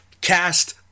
cast